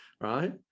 Right